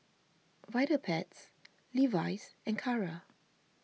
Vitapets Levi's and Kara